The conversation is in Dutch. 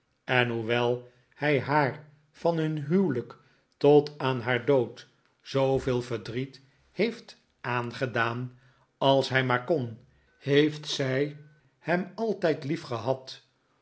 en hoewel hij haar van hun huwelijk tot aan haar dood zooveel verdriet heeft aangedaan als hij maar kon heeft zij hem altijd